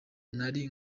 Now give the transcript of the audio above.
nari